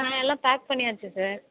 நாங்கள் எல்லாம் பேக் பண்ணியாச்சு சார்